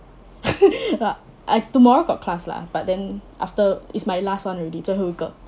but I tomorrow got class lah but then after it's my last [one] already 最后一个